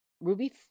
Ruby